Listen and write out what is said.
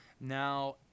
Now